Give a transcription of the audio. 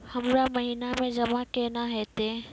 हमरा महिना मे जमा केना हेतै?